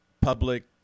public